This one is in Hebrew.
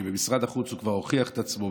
כי במשרד החוץ הוא כבר הוכיח את עצמו,